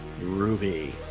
Ruby